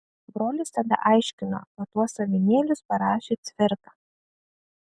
brolis tada aiškino kad tuos avinėlius parašė cvirka